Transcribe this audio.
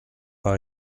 par